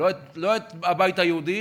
לא את הבית היהודי